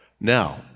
Now